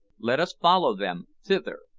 let us follow them thither.